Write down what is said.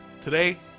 today